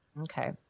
Okay